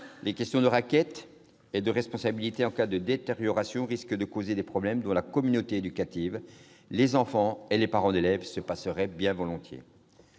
en détient un. Racket et responsabilité en cas de détérioration risquent de causer des problèmes dont la communauté éducative, les enfants et les parents d'élèves se passeraient bien volontiers.